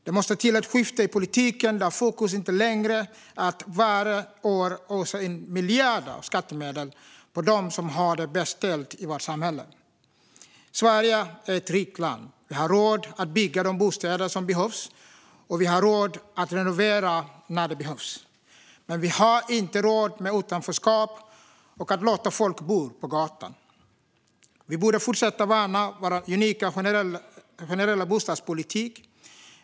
Det måste till ett skifte i politiken så att fokus inte längre är att varje år ösa miljarder av skattemedel på dem som har det bäst ställt i vårt samhälle. Sverige är ett rikt land. Vi har råd att bygga de bostäder som behövs, och vi har råd att renovera när det behövs. Men vi har inte råd med utanförskap och att låta folk bo på gatan. Vi borde fortsätta värna vår unika generella bostadspolitik.